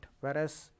whereas